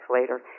later